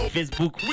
Facebook